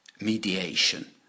mediation